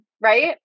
Right